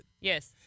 Yes